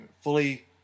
fully